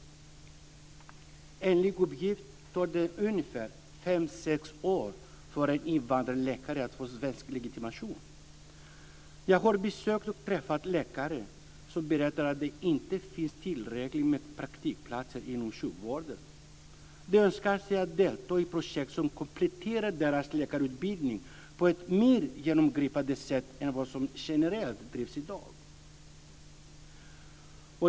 Enligt uppgift tar det fem sex år för en invandrad läkare att få svensk legitimation. Jag har besökt och träffat läkare som berättat att det inte finns tillräckligt med praktikplatser inom sjukvården. De önskar delta i projekt som kompletterar deras läkarutbildning på ett mer genomgripande sätt än vad som generellt sker i dag.